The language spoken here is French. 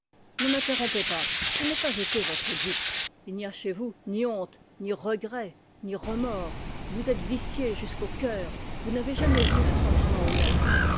ne m'interrompez pas je n'ai pas été votre dupe il n'y a chez vous ni honte ni regrets ni remords vous êtes vicié jusqu'au coeur vous n'avez jamais eu un sentiment honnête